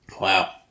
Wow